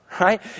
right